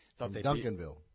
Duncanville